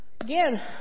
Again